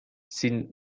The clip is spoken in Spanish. sin